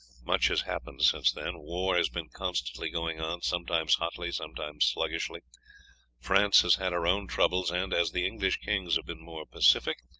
much has happened since then war has been constantly going on, sometimes hotly, sometimes sluggishly france has had her own troubles, and as the english kings have been more pacific,